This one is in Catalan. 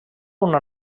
una